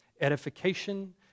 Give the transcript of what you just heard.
edification